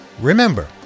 Remember